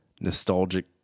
nostalgic